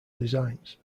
designs